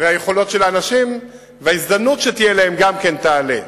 והיכולות של האנשים וההזדמנות שתהיה להם גם כן יעלו.